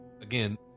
again